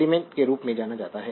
element के रूप में जाना जाता है